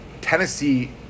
Tennessee